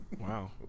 Wow